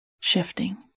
shifting